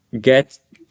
get